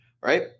right